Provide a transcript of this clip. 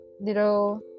little